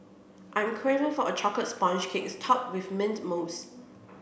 I am craving for a chocolate sponge cake topped with mint mousse